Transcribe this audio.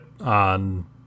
on